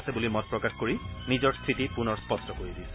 আছে বুলি মত প্ৰকাশ কৰি নিজৰ স্থিতি পুনৰ স্পষ্ট কৰি দিছে